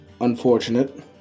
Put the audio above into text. unfortunate